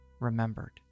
remembered